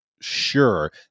sure